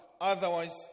Otherwise